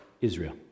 Israel